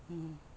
mmhmm